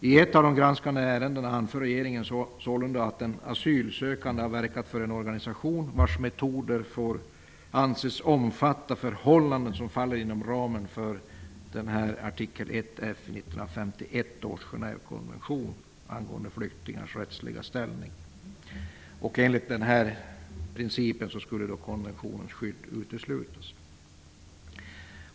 I ett av de granskade ärendena anför regeringen sålunda att en asylsökande har verkat för en organisation vars metoder får anses omfatta sådana förhållanden som faller inom ramen för artikel 1 F i 1951 års Genèvekonvention angående flyktingars rättsliga ställning. Enligt den principen skulle då konventionens skydd uteslutas.